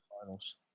finals